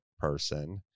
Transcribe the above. person